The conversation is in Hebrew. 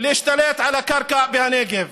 להשתלט על הקרקע והנגב.